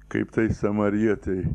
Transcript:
kaip tai samarietei